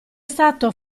stato